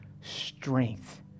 strength